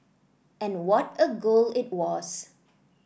and what a goal it was